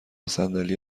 صندلی